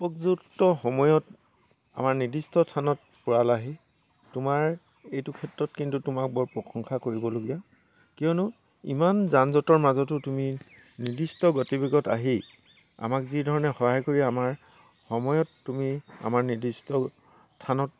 উপযুক্ত সময়ত আমাৰ নিৰ্দিষ্ট স্থানত পোৱালাহি তোমাৰ এইটো ক্ষেত্ৰত কিন্তু তোমাক বৰ প্ৰশংসা কৰিবলগীয়া কিয়নো ইমান যান জঁটৰ মাজতো তুমি নিৰ্দিষ্ট গতিবেগত আহি আমাক যিধৰণে সহায় কৰি আমাৰ সময়ত তুমি আমাৰ নিৰ্দিষ্ট স্থানত